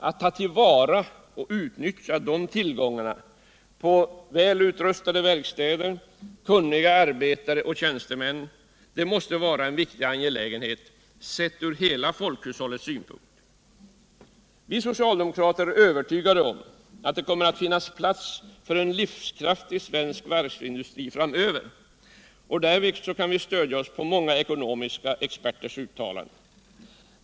Att ta till vara och utnyttja dessa tillgångar på väl utrustade verkstäder, kunniga arbetare och tjänstemän måste vara en viktig angelägenhet sett ur hela folkhushållets synpunkt. Vi socialdemokrater är övertygade om att det kommer att finnas plats för en livskraftig svensk varvsindustri framöver. Därvid kan vi stödja oss på många experters uttalanden.